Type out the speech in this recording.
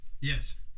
Yes